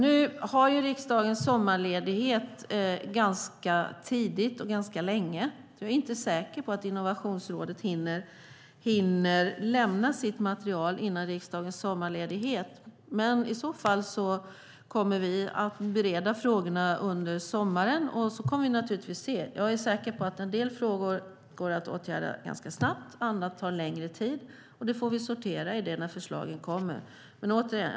Nu börjar ju riksdagens sommarledighet ganska tidigt och pågår ganska länge, och jag är därför inte säker på att Innovationsrådet hinner lämna sitt material före riksdagens sommarledighet. I så fall kommer vi att bereda frågorna under sommaren, och sedan får vi se. Jag är säker på att en del frågor går att åtgärda ganska snabbt, andra tar längre tid. Vi får sortera förslagen när de kommer.